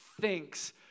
thinks